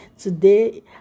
Today